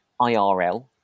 IRL